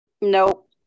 Nope